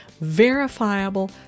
verifiable